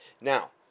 Now